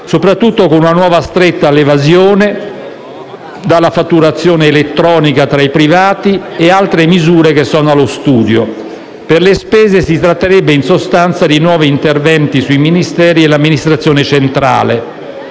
soprattutto con una nuova stretta all'evasione, dalla fatturazione elettronica tra i privati ad altre misure allo studio. Per le spese si tratterebbe, in sostanza, di nuovi interventi sui Ministeri e l'amministrazione centrale.